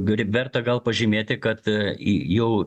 verta gal pažymėti kad į jau